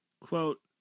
Quote